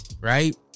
right